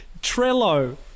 Trello